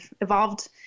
evolved